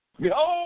Behold